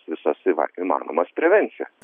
visas įmanomas prevencijas